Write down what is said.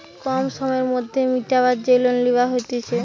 কম সময়ের মধ্যে মিটাবার যে লোন লিবা হতিছে